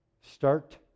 Start